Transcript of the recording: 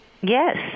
Yes